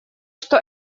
что